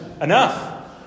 enough